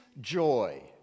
joy